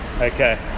Okay